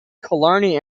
killarney